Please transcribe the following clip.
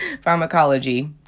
pharmacology